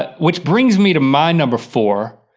but which brings me to my number four,